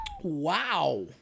Wow